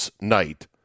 night